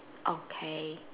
okay